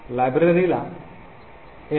लायब्ररीला libmylib